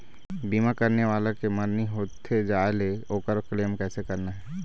बीमा करने वाला के मरनी होथे जाय ले, ओकर क्लेम कैसे करना हे?